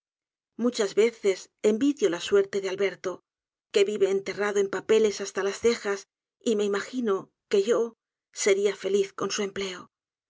muchas veces envidio la suerte de alberto que vive enterrado en papeles hasta las cejas y me imagino que yo seria feliz con su empleo